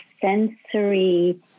sensory